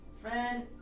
friend